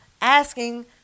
asking